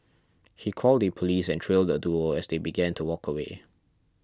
he called the police and trailed the duo as they began to walk away